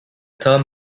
term